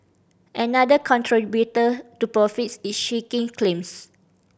another contributor to profits is shrinking claims